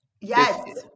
Yes